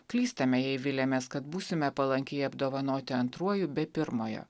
klystame jei viliamės kad būsime palankiai apdovanoti antruoju be pirmojo